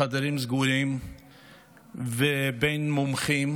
בחדרים סגורים ובין מומחים,